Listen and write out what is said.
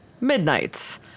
Midnights